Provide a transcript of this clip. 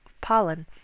pollen